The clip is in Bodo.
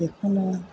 बेखौनो